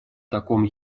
таком